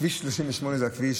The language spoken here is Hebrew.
כביש 38 זה הכביש